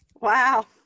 Wow